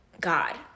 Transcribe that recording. God